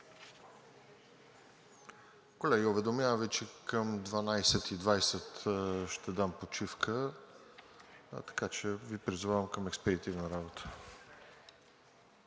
Колеги, уведомявам Ви, че към 12,20 ч. ще дам почивка, така че Ви призовавам към експедитивна работа.